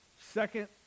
Second